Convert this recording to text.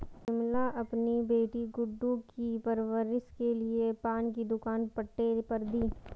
विमला अपनी बेटी गुड्डू की परवरिश के लिए पान की दुकान पट्टे पर दी